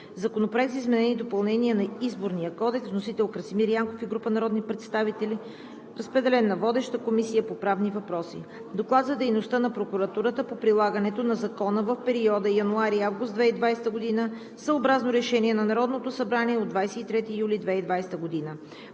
Законопроект за изменение и допълнение на Изборния кодекс. Вносител – Красимир Янков и група народни представители. Разпределен е на водещата Комисия по правни въпроси. Доклад за дейността на Прокуратурата по прилагането на Закона в периода януари – август 2020 г., съобразно Решение на Народното събрание от 23 юли 2020 г.